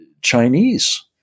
Chinese